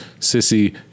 sissy